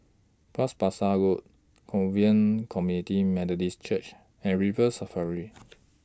Bras Basah Road Covenant Community Methodist Church and River Safari